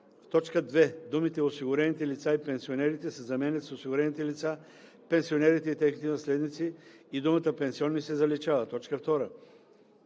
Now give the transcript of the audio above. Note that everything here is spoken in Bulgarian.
В т. 2 думите „осигурените лица и пенсионерите“ се заменят с „осигурените лица, пенсионерите и техните наследници“ и думата „пенсионни“ се заличава. 2.